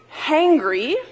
hangry